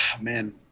man